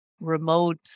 remote